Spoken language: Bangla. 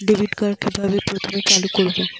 ডেবিটকার্ড কিভাবে প্রথমে চালু করব?